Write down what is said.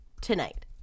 Tonight